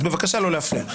אז בבקשה לא להפריע.